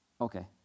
Okay